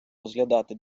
розглядати